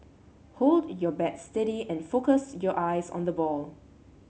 hold your bat steady and focus your eyes on the ball